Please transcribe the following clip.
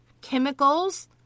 chemicals